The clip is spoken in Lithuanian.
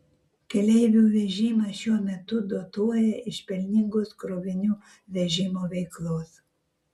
keleivių vežimą šiuo metu dotuoja iš pelningos krovinių vežimo veiklos